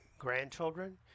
grandchildren